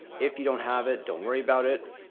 if you don't have it, don't worry about it.